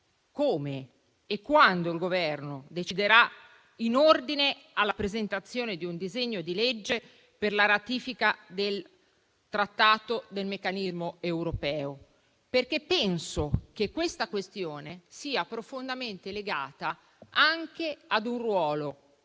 come e quando il Governo deciderà in ordine alla presentazione di un disegno di legge per la ratifica del Trattato sul meccanismo europeo, perché penso che la questione sia profondamente legata anche a un ruolo